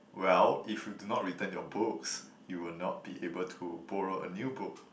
well if you do not return your books you will not be able to borrow a new book